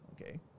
Okay